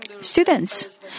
Students